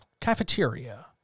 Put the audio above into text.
cafeteria